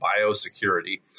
biosecurity